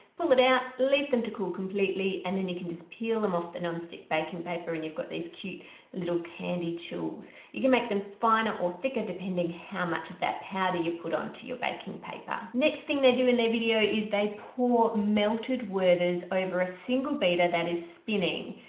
pull it out leave them to cool completely and then you can just peel them off the non-stick baking paper and you've got these cute little candy tuiles you can make them finer or thicker depending how much of that powder you put on to your baking paper. next thing they do in the video is they pour melted werther's over a single beater that is spinning!